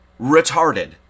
retarded